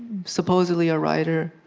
supposedly a writer,